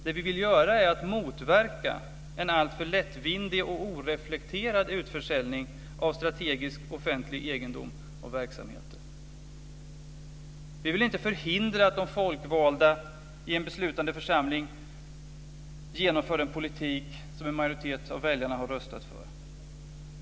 Det vi vill göra är att motverka en alltför lättvindig och oreflekterad utförsäljning av strategisk offentlig egendom och verksamhet. Vi vill inte förhindra att de folkvalda i en beslutande församling genomför en politik som en majoritet av väljarna har röstat för.